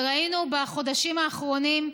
וראינו בחודשים האחרונים,